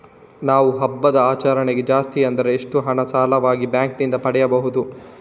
ನಾವು ಹಬ್ಬದ ಆಚರಣೆಗೆ ಜಾಸ್ತಿ ಅಂದ್ರೆ ಎಷ್ಟು ಹಣ ಸಾಲವಾಗಿ ಬ್ಯಾಂಕ್ ನಿಂದ ಪಡೆಯಬಹುದು?